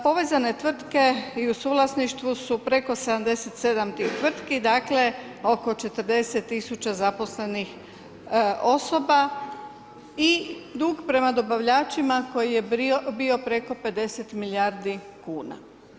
Povezane tvrtke i u suvlasništvu su preko 77 tih tvrtki, dakle oko 40 000 zaposlenih osoba i dug prema dobavljačima koji je bio preko 50 milijardi kuna.